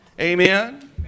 Amen